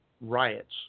riots